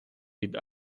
від